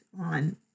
on